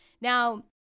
Now